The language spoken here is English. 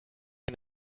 you